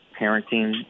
parenting